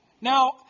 Now